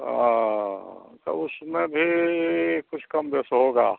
ओ त उसमें भी कुछ कम बेस होगा